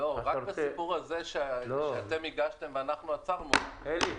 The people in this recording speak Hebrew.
רק בסיפור הזה שאתם הגשתם ואנחנו עצרנו --- אלי,